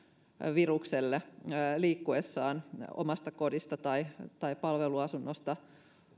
virukselle liikkuessaan omasta kodista tai tai palveluasunnosta